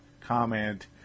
comment